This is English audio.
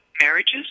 marriages